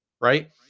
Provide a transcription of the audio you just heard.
right